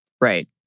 Right